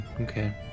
Okay